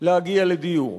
להגיע לדיור.